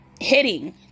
Hitting